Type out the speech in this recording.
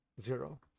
Zero